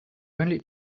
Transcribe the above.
only